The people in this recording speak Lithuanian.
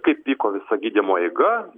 kaip vyko visa gydymo eiga